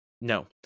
no